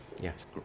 Yes